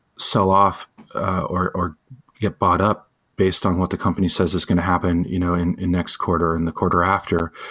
sell off or or get bought up based on what the company says is going to happen you know in the next quarter and the quarter after.